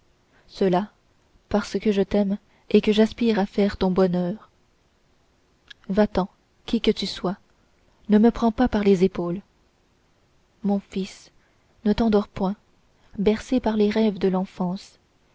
cela parce que je t'aime et que j'aspire à faire ton bonheur va-t'en qui que tu sois ne me prends pas par les épaules mon fils ne t'endors point bercé par les rêves de l'enfance